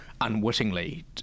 unwittingly